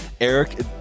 Eric